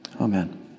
Amen